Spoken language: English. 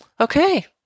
okay